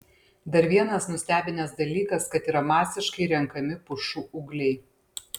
dar vienas nustebinęs dalykas kad yra masiškai renkami pušų ūgliai